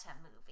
movie